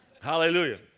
hallelujah